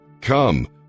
Come